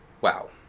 Wow